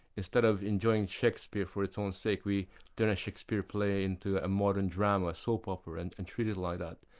instead of enjoying shakespeare for its own sake, turn a shakespeare play into a a modern drama, a soap opera, and and treat it like that.